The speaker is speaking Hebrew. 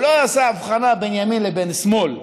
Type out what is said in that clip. הוא לא עשה הבחנה בין ימין ובין שמאל,